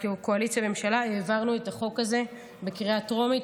כקואליציה וממשלה העברנו את החוק הזה בקריאה טרומית,